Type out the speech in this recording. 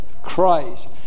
Christ